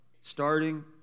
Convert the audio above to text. starting